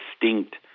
distinct